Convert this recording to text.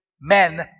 men